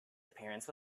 appearance